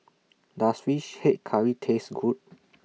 Does Fish Head Curry Taste Good